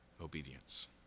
Obedience